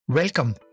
Welcome